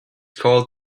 called